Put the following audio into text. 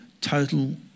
total